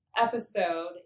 episode